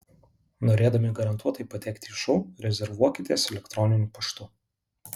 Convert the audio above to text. norėdami garantuotai patekti į šou rezervuokitės elektroniniu paštu